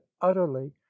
utterly